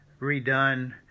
redone